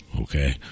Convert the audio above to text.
Okay